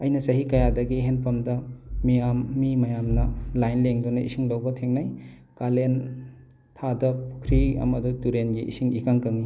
ꯑꯩꯅ ꯆꯍꯤ ꯀꯌꯥꯗꯒꯤ ꯍꯦꯟꯄꯝꯗ ꯃꯤꯌꯥꯝ ꯃꯤ ꯃꯌꯥꯝꯅ ꯂꯥꯏꯟ ꯂꯦꯡꯗꯨꯅ ꯏꯁꯤꯡ ꯂꯧꯕ ꯊꯦꯡꯅꯩ ꯀꯥꯂꯦꯟ ꯊꯥꯗ ꯄꯨꯈ꯭ꯔꯤ ꯑꯃꯗꯤ ꯇꯨꯔꯦꯜꯒꯤ ꯏꯁꯤꯡ ꯏꯀꯪ ꯀꯪꯉꯤ